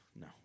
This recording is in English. no